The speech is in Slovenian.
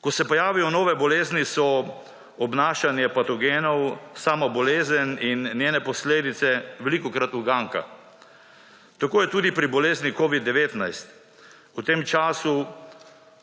Ko se pojavijo nove bolezni so obnašanje patogenov, sama bolezen in njene posledice velikokrat uganka. Tako je tudi pri bolezni Covid-19. V tem času